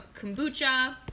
kombucha